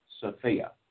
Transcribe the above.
sophia